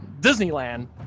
Disneyland